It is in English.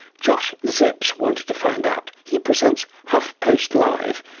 josh zepps wanted to find out. he presents huff post live.